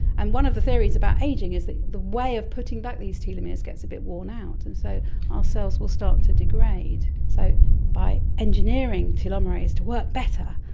and one of the theories about ageing is that the way of putting back these telomeres gets a bit worn out. and so our cells will start to degrade. so by engineering telomerase to work better,